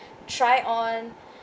try on